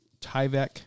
Tyvek